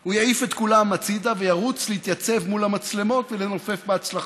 הוא יעיף את כולם הצידה וירוץ להתייצב מול המצלמות ולנופף בהצלחות,